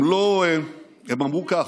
הם אמרו כך: